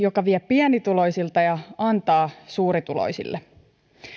joka vie pienituloisilta ja antaa suurituloisille